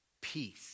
peace